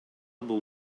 бул